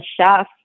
chef